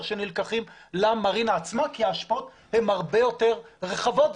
שנלקחים למרינה עצמה כי ההשפעות הן הרבה יותר רחבות.